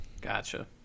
Gotcha